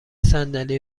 صندلی